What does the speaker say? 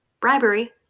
bribery